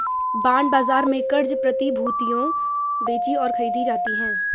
bond बाजार में क़र्ज़ प्रतिभूतियां बेचीं और खरीदी जाती हैं